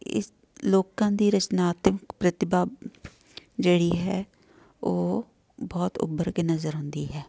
ਇਸ ਲੋਕਾਂ ਦੀ ਰਚਨਾਤਮਕ ਪ੍ਰਤਿਭਾ ਜਿਹੜੀ ਹੈ ਉਹ ਬਹੁਤ ਉਭਰ ਕੇ ਨਜ਼ਰ ਆਉਂਦੀ ਹੈ